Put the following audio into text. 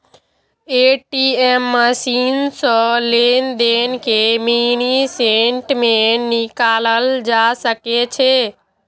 ATM machine सं लेनदेन के मिनी स्टेटमेंट निकालल जा सकै छै